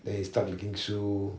then he start making shoe